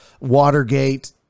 Watergate